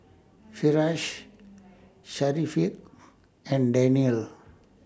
Firash Syafiqah and Daniel